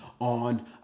on